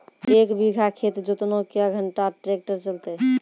एक बीघा खेत जोतना क्या घंटा ट्रैक्टर चलते?